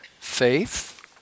faith